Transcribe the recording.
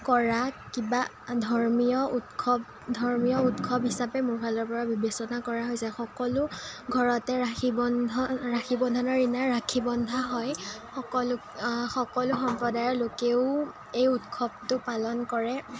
কৰা কিবা ধৰ্মীয় উৎসৱ ধৰ্মীয় উৎসৱ হিচাপে মোৰ ফালৰপৰা বিবেচনা কৰা হৈছে সকলো ঘৰতে ৰাখি বন্ধন ৰাখি বন্ধনৰ দিনা ৰাখি বন্ধা হয় সকলো সকলো সম্প্ৰদায়ৰ লোকেও এই উৎসৱটো পালন কৰে